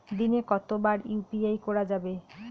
দিনে কতবার ইউ.পি.আই করা যাবে?